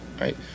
right